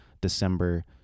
December